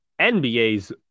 NBA's